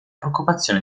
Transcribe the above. preoccupazione